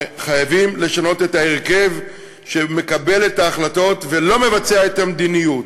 וחייבים לשנות את ההרכב שמקבל את ההחלטות ולא מבצע את המדיניות.